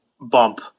bump